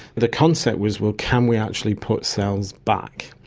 the concept was, well, can we actually put cells back?